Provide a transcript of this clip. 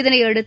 இதனையடுத்து